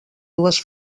dues